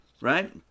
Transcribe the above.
right